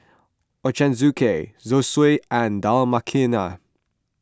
Ochazuke Zosui and Dal Makhani